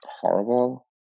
horrible